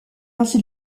ainsi